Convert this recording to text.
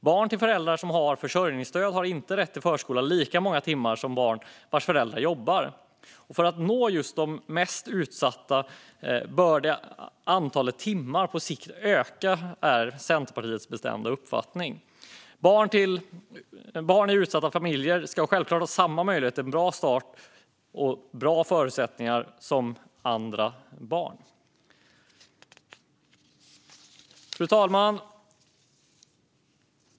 Barn till föräldrar som har försörjningsstöd har inte rätt till förskola lika många timmar som barn vars föräldrar jobbar. För att nå de mest utsatta bör antalet timmar på sikt öka. Det är Centerpartiets bestämda uppfattning. Barn i utsatta familjer ska självklart ha samma möjlighet till en bra start och ha samma förutsättningar som andra barn. Fru talman!